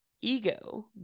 ego